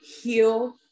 heal